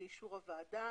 באישור הוועדה,